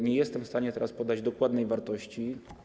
Nie jestem w stanie teraz podać dokładnej wartości.